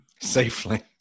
Safely